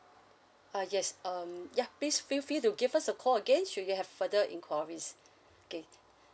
ah yes um ya please feel free to give us a call again should you have further inquiries okay